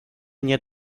nie